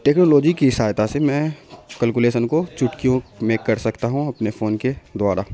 technology کی سہایتا سے میں کلکولیشن کو چٹکیوں میں کر سکتا ہوں اپنے فون کے دواا